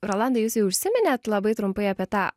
rolandai jūs jau užsiminėt labai trumpai apie tą